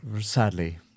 sadly